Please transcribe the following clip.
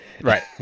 right